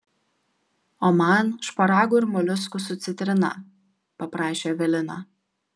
o man šparagų ir moliuskų su citrina paprašė evelina